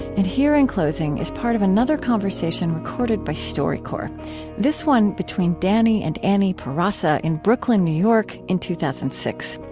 and here in closing is part of another conversation recorded by storycorps this one between danny and annie perasa in brooklyn, new york, in two thousand and six.